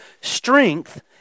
Strength